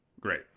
Great